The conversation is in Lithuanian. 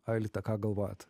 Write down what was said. aelita ką galvojat